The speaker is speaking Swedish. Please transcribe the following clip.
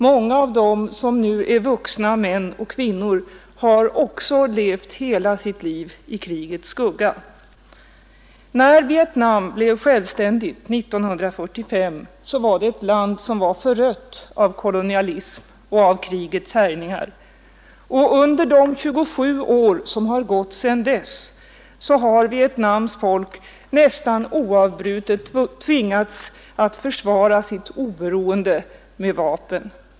Många av dem som nu är vuxna män och kvinnor har också levt hela sitt När Vietnam blev Självständigt 1945 var det ett land som var förött av Torsdagen den kolonialism och av krigets härjningar. Under de 27 år som har gått sedan 23 mars 1972 dess har Vietnams folk nästan oavbrutet tvingats att försvara sitt oberoende med vapen.